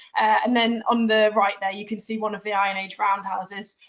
and then on the right there, you can see one of the iron-age roundhouses.